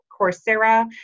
Coursera